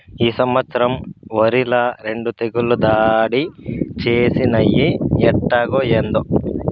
ఈ సంవత్సరం ఒరిల రెండు తెగుళ్ళు దాడి చేసినయ్యి ఎట్టాగో, ఏందో